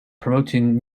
promoting